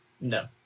No